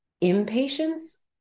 impatience